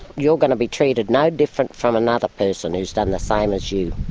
you're going to be treated no different from another person who has done the same as you.